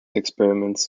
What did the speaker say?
experiments